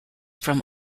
from